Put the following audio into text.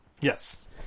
Yes